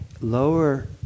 lower